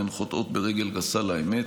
והן חוטאות ברגל גסה לאמת,